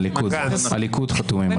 הליכוד חתומים על זה.